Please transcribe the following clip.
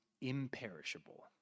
imperishable